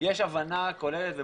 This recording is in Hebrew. יש הבנה כוללת ובשלות,